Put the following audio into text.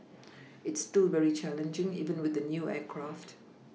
it's still very challenging even with the new aircraft